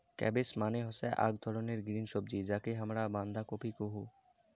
cabbage মানে হসে আক ধরণের গ্রিন সবজি যাকে হামরা বান্ধাকপি কুহু